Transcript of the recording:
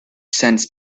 sense